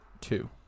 two